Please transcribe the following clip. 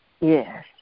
Yes